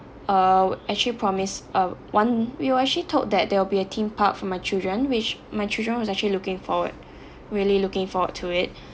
uh actually promised uh one we were actually told that there will be a theme park for my children which my children was actually looking forward really looking forward to it